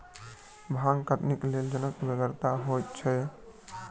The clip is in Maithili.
भांग कटनीक लेल जनक बेगरता होइते छै